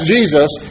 Jesus